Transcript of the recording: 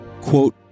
Quote